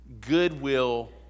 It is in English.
Goodwill